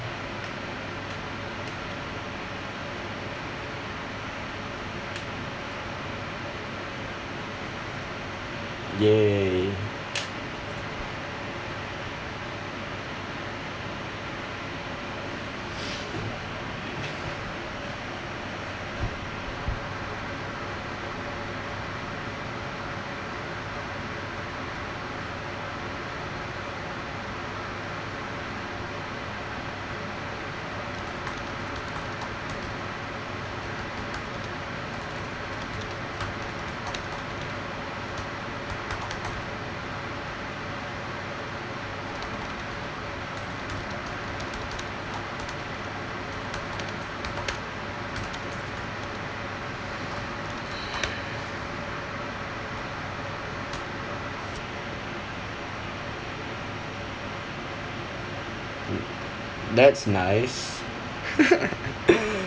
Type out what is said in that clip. !yay! that's nice